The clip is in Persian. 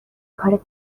کارت